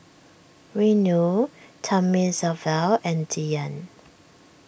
Renu Thamizhavel and Dhyan